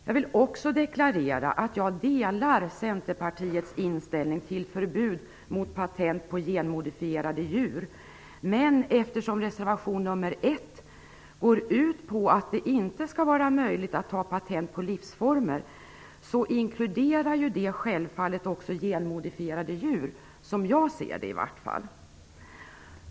Jag vill också deklarera att jag delar Centerpartiets inställning till förbud mot patent på genmodifierade djur. Reservation nr 1 går ut på att det inte skall vara möjligt att ta patent på livsformer, och detta inkluderar, i vart fall som jag ser det, också genmodifierade djur.